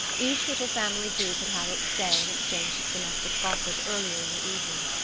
each little family group had had its say and exchanged its domestic gossip earlier in the evening.